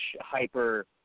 hyper –